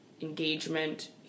engagement